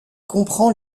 comprend